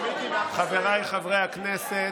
חבריי חברי הכנסת,